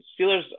Steelers